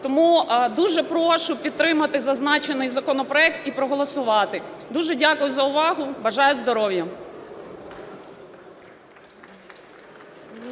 Тому дуже прошу підтримати зазначений законопроект і проголосувати. Дуже дякую за увагу, бажаю здоров'я.